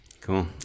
cool